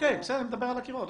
בסדר, אני מדבר על הקירות.